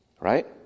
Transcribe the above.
right